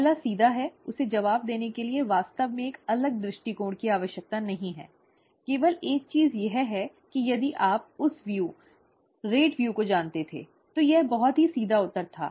पहला सीधा है उसे जवाब देने के लिए वास्तव में एक अलग दृष्टिकोण की आवश्यकता नहीं थी केवल एक चीज यह है कि यदि आप उस व्यू दर व्यू को जानते थे तो यह बहुत ही सीधा उत्तर था